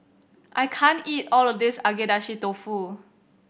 I can't eat all of this Agedashi Dofu